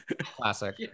classic